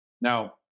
Now